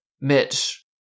Mitch